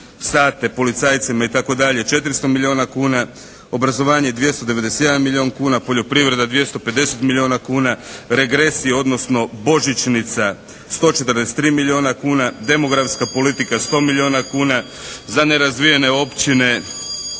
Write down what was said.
sate policajcima itd. 400 milijuna kuna, obrazovanje 291 milijun kuna, poljoprivreda 250 milijuna kuna, regresi odnosno božićnica 143 milijuna kuna, demografska politika 100 milijuna kuna, za nerazvijene općine